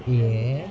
ya